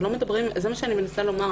זה מה שאני מנסה לומר.